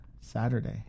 Saturday